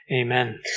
Amen